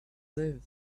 live